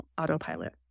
autopilot